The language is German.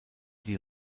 die